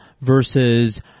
versus